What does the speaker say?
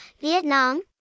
Vietnam